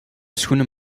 schoenen